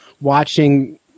watching